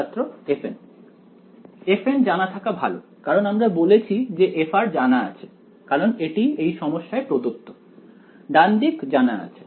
ছাত্র fn fn জানা থাকা ভালো কারণ আমরা বলেছি যে f জানা আছে কারণ এটি এই সমস্যায় প্রদত্ত ডান দিক জানা আছে